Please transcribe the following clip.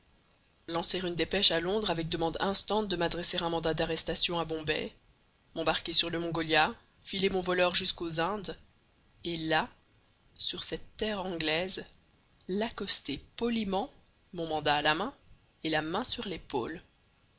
lancer une dépêche à londres avec demande instante de m'adresser un mandat d'arrestation à bombay m'embarquer sur le mongolia filer mon voleur jusqu'aux indes et là sur cette terre anglaise l'accoster poliment mon mandat à la main et la main sur l'épaule